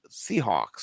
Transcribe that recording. Seahawks